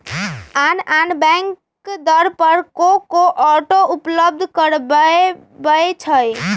आन आन बैंक दर पर को को ऑटो उपलब्ध करबबै छईं